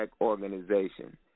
Organization